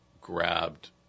grabbed